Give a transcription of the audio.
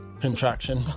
contraction